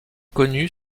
connue